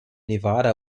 nevada